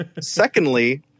Secondly